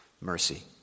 mercy